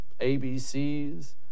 ABCs